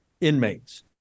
inmates